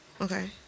Okay